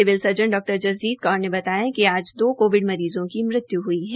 civil surgeon डा जसजीत कौर ने बताया कि आज दो कोविड मरीज़ों की मृत्यु हुई है